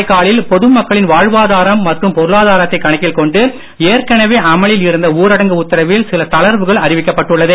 காரைக்காலில் பொது மக்களின் வாழ்வாதாரம் மற்றும் பொருளாதாரத்தை கணக்கில் கொண்டு ஏற்கனவே அமலில் இருந்த ஊரடங்கு உத்தாவில் சில தளர்வுகள் அறிவிக்கப்பட்டுள்ளது